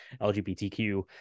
lgbtq